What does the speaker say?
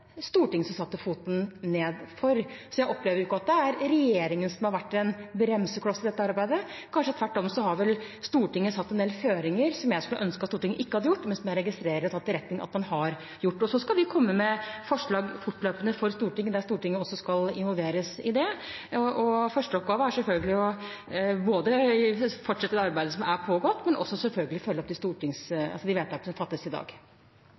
Stortinget som satte foten ned for. Jeg opplever ikke at det er regjeringen som har vært en bremsekloss i dette arbeidet. Kanskje tvert om har Stortinget lagt en del føringer som jeg skulle ønsket at Stortinget ikke hadde gjort, men som jeg registrerer og tar til etterretning at man har gjort. Vi skal komme med forslag fortløpende for Stortinget, Stortinget skal også involveres i det. Første oppgave er selvfølgelig å fortsette arbeidet som har pågått, men selvfølgelig også å følge opp de vedtakene som fattes i dag.